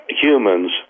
humans